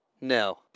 No